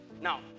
Now